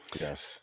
yes